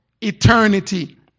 eternity